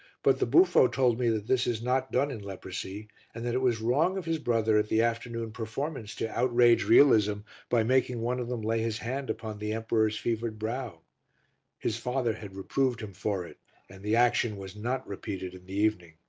but the buffo told me that this is not done in leprosy and that it was wrong of his brother at the afternoon performance to outrage realism by making one of them lay his hand upon the emperor's fevered brow his father had reproved him for it and the action was not repeated in the evening.